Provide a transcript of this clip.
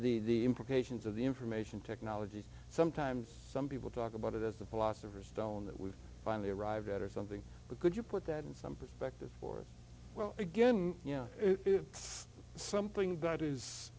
the the implications of the information technology sometimes some people talk about it as the philosopher's stone that we've finally arrived at or something but could you put that in some perspective for well again you know if it's something that is